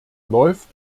läuft